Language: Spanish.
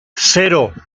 cero